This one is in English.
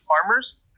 farmers